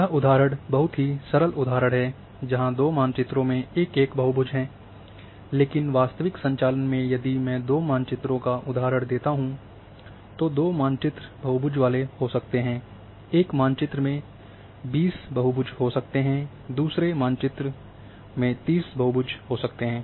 यह उदाहरण बहुत ही सरल उदाहरण है जहां दो मानचित्रों में एक एक बहुभुज हैं लेकिन वास्तविक संचालन में यदि मैं दो मानचित्रों का उदाहरण देता हूं तो दो मानचित्र बहुभुज वाले हो सकते हैं एक मानचित्र में 20 बहुभुज हो सकते हैं दूसरा मानचित्र 30 बहुभुज वाला हो सकता है